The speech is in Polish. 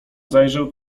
zajrzę